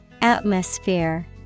Atmosphere